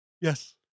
Yes